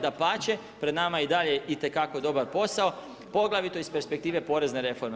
Dapače, pred nama je i dalje itekako dobar posao poglavito iz perspektive porezne reforme.